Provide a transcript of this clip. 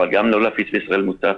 אבל גם לא להפיץ בישראל מוטציה.